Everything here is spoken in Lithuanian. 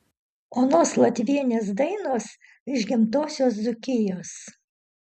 onos latvienės dainos iš gimtosios dzūkijos